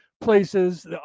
places